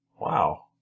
Wow